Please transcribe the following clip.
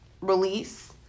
release